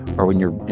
or when you're,